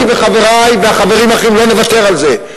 אני וחברי והחברים האחרים לא נוותר על זה.